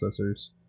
processors